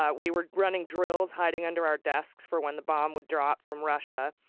ah we were running drills, hiding under our desks for when the bomb would drop from russia,